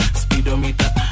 speedometer